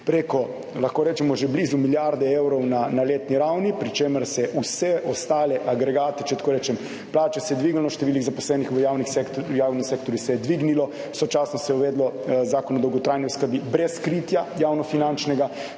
preko, lahko rečemo že blizu milijarde evrov na letni ravni, pri čemer se vse ostale agregate, če tako rečem, plače se je dvignilo, število zaposlenih v javnem sektorju se je dvignilo, sočasno se je uvedlo Zakon o dolgotrajni oskrbi brez kritja javno finančnega,